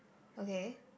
okay